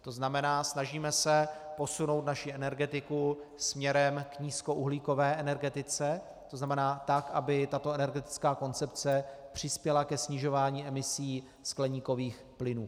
To znamená, se snažíme posunout naši energetiku směrem k nízkouhlíkové energetice, to znamená tak, aby tato energetická koncepce přispěla ke snižování emisí skleníkových plynů.